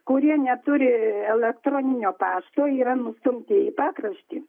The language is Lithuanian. kurie neturi elektroninio pašto yra nustumti į pakraštį